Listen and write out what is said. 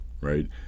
right